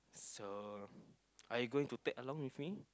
so are you going to tag along with me